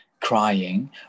crying